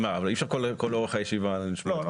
אי אפשר לכל אורך הישיבה לשמוע את קולו .